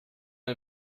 end